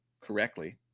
correctly